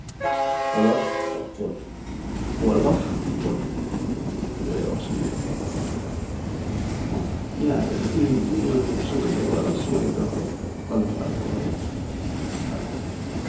Olof ak pël, wolof, pël lañoo wax suma kër. bon ñaar yooyu ñun suma jabar ak sumay doom rek olof ak pël rek waaw.